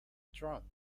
throne